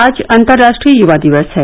आज अंतर्राष्ट्रीय युवा दिवस है